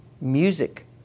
music